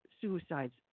suicides